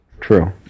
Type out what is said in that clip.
True